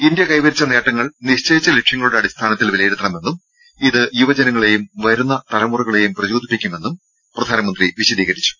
India കൈവരിച്ച നേട്ടങ്ങൾ നിശ്ചയിച്ച ലക്ഷ്യങ്ങളുടെ അടിസ്ഥാനത്തിൽ വിലയിരുത്തണമെന്നും ഇത് യുവജനങ്ങളെയും വരുന്ന തലമുറകളെയും പ്രചോദിപ്പിക്കുമെന്ന് പ്രധാനമന്ത്രി വിശദീകരിച്ചു